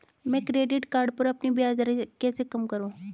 मैं credit card पर अपनी ब्याज दरें कैसे कम करूँ?